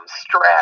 stress